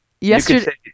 yesterday